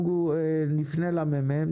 אנחנו נפנה למרכז המחקר והמידע של הכנסת,